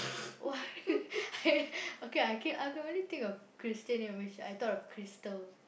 !wah! I okay I can only think of Christian name which I thought of Crystal